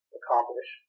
accomplish